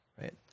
right